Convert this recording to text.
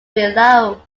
below